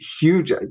huge